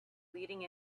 leading